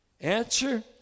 answer